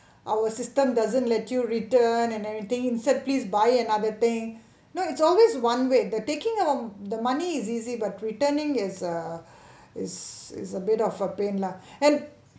our system doesn't let you return and everything said please buy another thing you know it's always one way the taking of the money is easy but returning is a is is a bit of a pain lah and